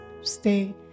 Stay